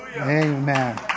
Amen